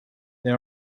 they